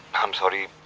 i'm sorry,